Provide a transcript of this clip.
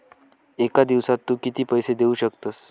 एका दिवसात तू किती पैसे देऊ शकतस?